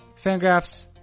Fangraphs